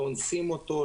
לא אונסים אותו,